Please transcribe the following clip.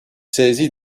saisi